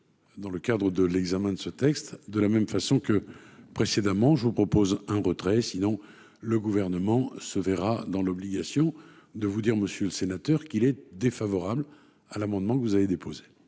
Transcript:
dans le cadre de l'examen de ce texte de la même façon que précédemment, je vous propose un retrait sinon le gouvernement se verra dans l'obligation de vous dire, monsieur le sénateur qu'il est défavorable à l'amendement que vous avez déposé.